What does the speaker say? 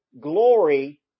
glory